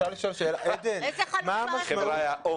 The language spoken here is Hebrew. חבריא,